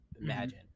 imagine